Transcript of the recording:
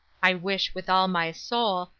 i wish, with all my soul,